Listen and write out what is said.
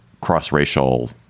cross-racial